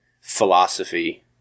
philosophy